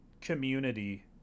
Community